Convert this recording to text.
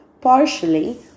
partially